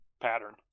pattern